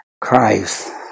Christ